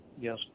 Yes